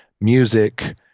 Music